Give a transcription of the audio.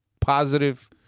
Positive